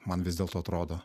man vis dėlto atrodo